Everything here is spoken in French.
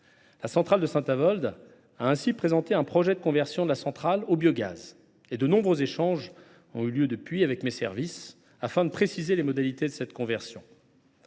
la centrale de Saint Avold ont ainsi présenté un projet de conversion de la centrale au biogaz. De nombreux échanges ont eu lieu depuis lors avec mes services afin de préciser les modalités de cette conversion.